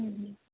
હ હ